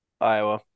Iowa